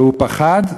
והוא פחד,